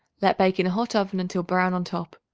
let bake in a hot oven until brown on top.